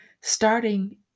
starting